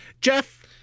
Jeff